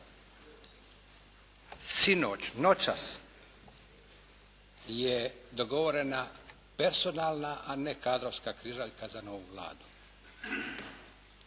Sinoć, noćas je dogovorena personalna a ne kadrovska kriza za novu Vladu.